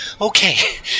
Okay